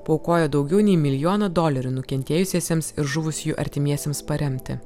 paaukojo daugiau nei milijoną dolerių nukentėjusiesiems ir žuvusiųjų artimiesiems paremti